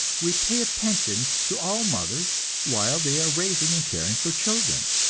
we pay a pension to all mothers while they are raising and caring for children.